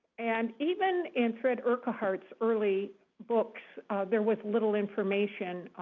and even in fred urquhart's early books there was little information.